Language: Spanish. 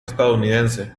estadounidense